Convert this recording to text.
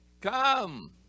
Come